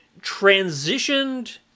transitioned